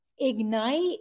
ignite